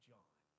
John